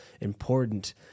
important